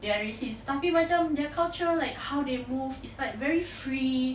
they are racists tapi macam their culture like how they move is like very free